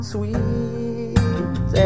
Sweet